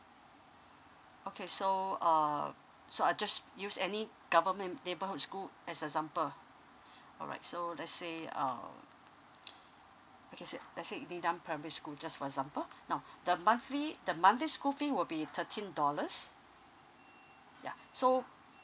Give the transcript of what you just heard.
okay so um so I just use any government neighbourhood school as example alright so let's say um okay say let's say dedam primary school just for example now the monthly the monthly school fees will be thirteen dollars yeah so